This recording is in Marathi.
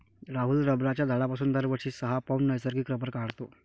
राहुल रबराच्या झाडापासून दरवर्षी सहा पौंड नैसर्गिक रबर काढतो